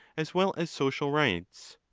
as well as social rights?